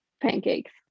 Pancakes